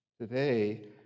Today